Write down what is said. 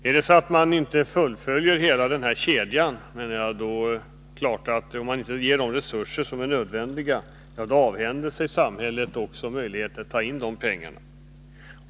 Fullföljer man inte hela denna kedja och inte ger de resurser som är nödvändiga avhänder sig samhället också möjligheten att ta in dessa pengar.